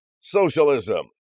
socialism